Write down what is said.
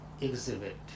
exhibit